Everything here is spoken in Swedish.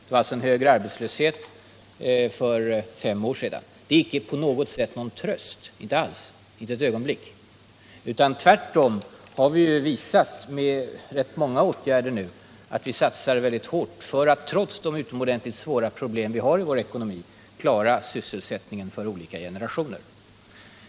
Det var alltså en högre arbetslöshet för fem år sedan. Det är icke någon tröst, inte alls, inte för ett ögonblick. Tvärtom har vi ju visat med rätt många åtgärder att vi nu satsar utomordentligt hårt för att, trots de synnerligen svåra problem som vi har i vår ekonomi, klara sysselsättningen för olika generationer.